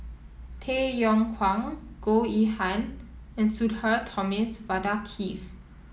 Tay Yong Kwang Goh Yihan and Sudhir Thomas Vadaketh